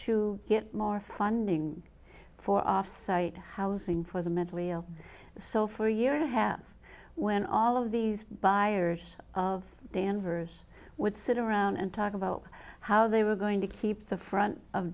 to get more funding for offsite housing for the mentally ill so for a year and a half when all of these buyers of danvers would sit around and talk about how they were going to keep the front of